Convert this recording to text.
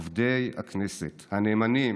עובדי הכנסת הנאמנים,